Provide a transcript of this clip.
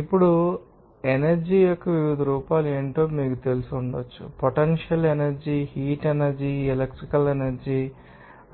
ఇప్పుడు ఎనర్జీ యొక్క వివిధ రూపాలు ఏమిటో మీకు తెలిసి ఉండవచ్చు potential energy heat energy electrical energy